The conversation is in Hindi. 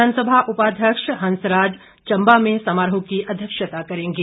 विधानसभा उपाध्यक्ष हंसराज चंबा में समारोह की अध्यक्षता करेंगे